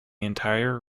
entire